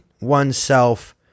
oneself